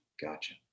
gotcha